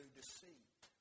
deceit